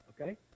okay